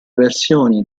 versioni